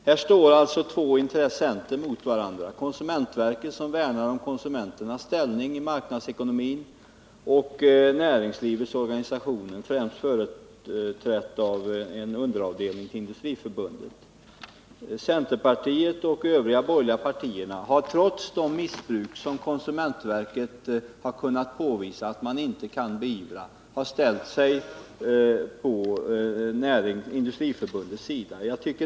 Här står alltså intressenter mot varandra — konsumentverket, som värnar om konsumenternas ställning i marknadsekonomin, och näringslivets organisationer, främst företrädda av en underavdelning till Industriförbundet. Centerpartiet och övriga borgerliga partier har, trots de missbruk som konsumentverket har kunnat påvisa att det inte kan beivra, ställt sig på Industriförbundets sida.